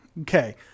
Okay